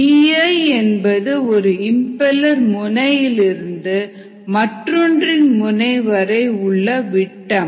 Di என்பது ஒரு impeller முனையிலிருந்து மற்றொன்றின் முனைவரை உள்ள விட்டம்